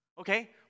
Okay